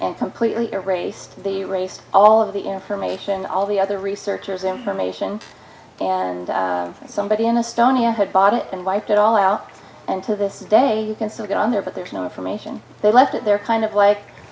and completely erased the race all of the information all the other researchers information and somebody in a stony i had bought it and wiped it all out and to this day you can still get on there but there is no information they left that they're kind of like